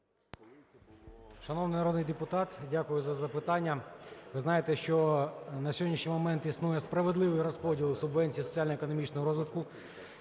Шановний народний депутат, дякую за запитання. Ви знаєте, що на сьогоднішній момент існує справедливий розподіл субвенцій соціально-економічного розвитку,